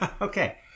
Okay